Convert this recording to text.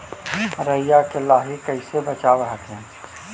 राईया के लाहि कैसे बचाब हखिन?